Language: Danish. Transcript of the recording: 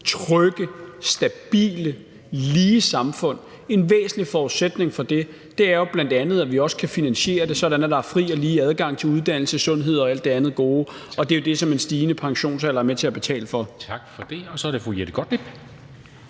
trygt, stabilt og lige samfund, og en væsentlig forudsætning for det er jo bl.a., at vi også kan finansiere det, sådan at der er fri og lige adgang til uddannelse, sundhed og alt det andet gode, og det er jo det, som en stigende pensionsalder er med til at betale for. Kl. 17:31 Formanden (Henrik